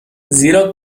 زیرا